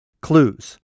clues